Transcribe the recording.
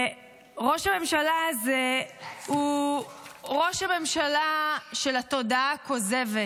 ראש הממשלה הזה הוא ראש הממשלה של התודעה הכוזבת.